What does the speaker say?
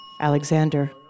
Alexander